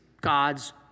God's